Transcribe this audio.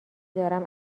دارم